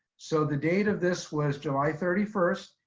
so the date of this was july thirty first.